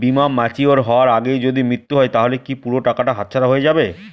বীমা ম্যাচিওর হয়ার আগেই যদি মৃত্যু হয় তাহলে কি পুরো টাকাটা হাতছাড়া হয়ে যাবে?